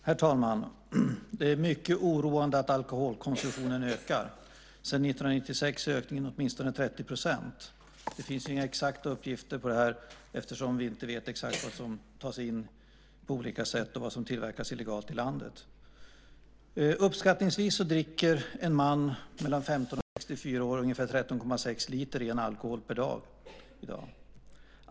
Herr talman! Det är mycket oroande att alkoholkonsumtionen ökar. Sedan 1996 är ökningen åtminstone 30 %. Det finns inga exakta uppgifter eftersom vi inte vet precis vad som tas in på olika sätt och vad som tillverkas illegalt i landet. Uppskattningsvis dricker en man mellan 15 och 64 år i dag ungefär 13,6 liter ren alkohol per år.